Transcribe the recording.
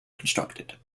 constructed